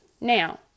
Now